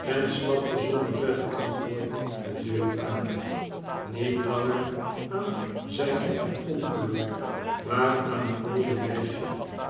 en stapte zonder verder antwoord de deur uit niet langer aan zijn eigen ongeluk maar aan het mooie meisje